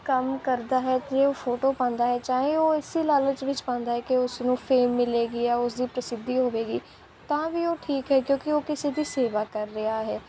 ਕੰਮ ਕਰਦਾ ਹੈ ਜੇ ਉਹ ਫੋਟੋ ਪਾਉਂਦਾ ਹੈ ਚਾਹੇ ਉਹ ਇਸ ਲਾਲਚ ਵਿੱਚ ਪਾਉਂਦਾ ਕਿ ਉਸਨੂੰ ਫੇਮ ਮਿਲੇਗੀ ਜਾਂ ਉਸਦੀ ਪ੍ਰਸਿੱਧੀ ਹੋਵੇਗੀ ਤਾਂ ਵੀ ਉਹ ਠੀਕ ਹੈ ਕਿਉਂਕਿ ਉਹ ਕਿਸੇ ਦੀ ਸੇਵਾ ਕਰ ਰਿਹਾ ਹੈ